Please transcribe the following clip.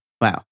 Wow